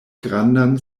grandan